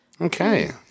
Okay